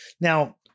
now